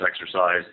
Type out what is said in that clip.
exercise